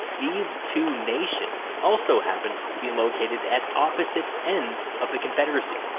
these two nations also happened to be located at opposite ends of the confederacy.